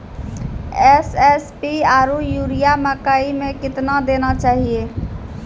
SSP आरु urea मकई मे कितना देना चाहिए?